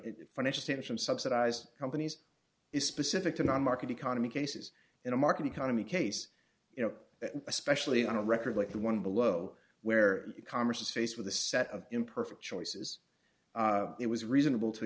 from subsidized companies is specific to non market economy cases in a market economy case you know especially on a record like the one below where converses faced with a set of imperfect choices it was reasonable to